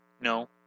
No